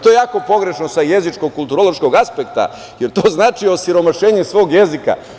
To je jako pogrešno sa jezičko kulturološkog aspekta, jer to znači osiromašenje svog jezika.